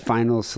Final